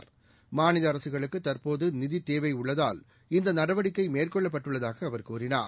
உள்ளதால் மாநில அரசுகளுக்கு தற்போது நிதி தேவை இந்த நடவடிக்கை மேற்கொள்ளப்பட்டுள்ளதாக அவர் கூறினார்